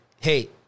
Hey